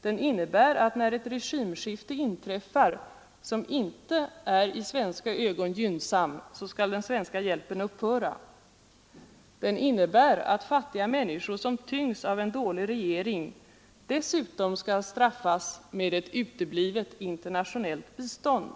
Den innebär att när ett regimskifte inträffar som inte är i svenska ögon gynnsamt skall den svenska hjälpen Ang. principerna upphöra. Den innebär att fattiga människor som tyngs av en dålig för svensk biståndsregering dessutom skall straffas med ett uteblivet internationellt bistånd.